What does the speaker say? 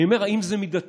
אני אומר: האם זה מידתי?